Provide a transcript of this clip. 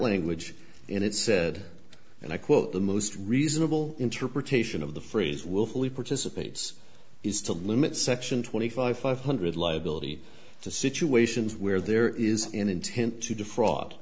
language and it said and i quote the most reasonable interpretation of the phrase willfully participates is to limit section twenty five five hundred liability to situations where there is an intent to defraud